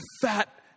fat